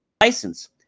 license